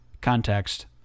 context